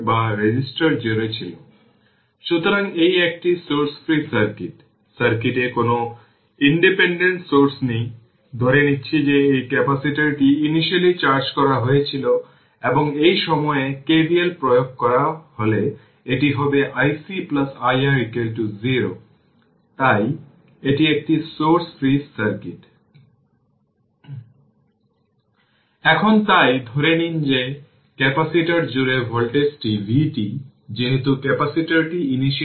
আমরা বলতে পারি যে সার্কিটের টাইম কনস্ট্যান্ট হল তার ইনিশিয়াল ভ্যালু এর 368 শতাংশ ডিকে এর রেসপন্স এর জন্য প্রয়োজনীয় সময়